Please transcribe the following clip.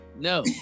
No